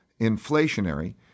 inflationary